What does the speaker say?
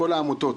כל העמותות.